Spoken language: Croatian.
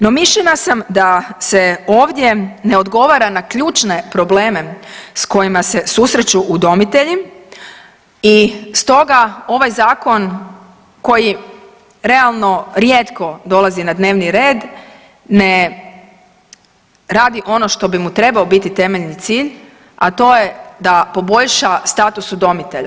No, mišljenja sam da se ovdje ne odgovara na ključne probleme s kojima se susreću udomitelji i stoga ovaj Zakon koji realno rijetko dolazi na dnevni red ne radi ono što bi mu trebao biti temeljni cilj, a to je da poboljša status udomitelja.